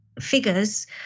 Figures